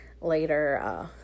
later